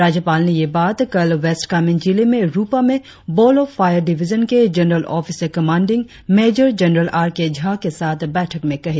राज्यपाल ने ये बात कल वेस्ट कामेंग जिले में रुपा में बॉल ऑफ पायर डिविजन के general officer commanding major general R K Jha के साथ बैठक में कहीं